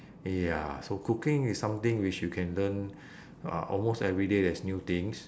ya so cooking is something which you can learn uh almost every day there is new things